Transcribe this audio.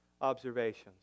observations